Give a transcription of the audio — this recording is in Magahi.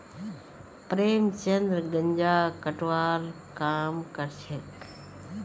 प्रेमचंद गांजा कटवार काम करछेक